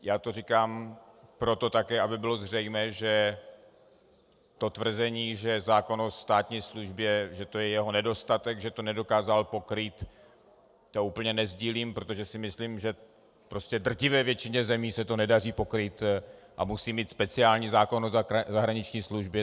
Já to říkám také proto, aby bylo zřejmé, že tvrzení, že zákon o státní službě, že to je jeho nedostatek, že to nedokázal pokrýt, to úplně nesdílím, protože si myslím, že v drtivé většině zemí se to nedaří pokrýt a musí mít speciální zákon o zahraniční službě.